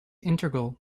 integral